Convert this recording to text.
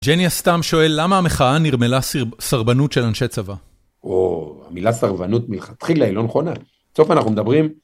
ג'ניה סתם שואל למה המחאה נרמלה סרבנות של אנשי צבא. הו המילה סרבנות מלכתחילה היא לא נכונה. בסוף אנחנו מדברים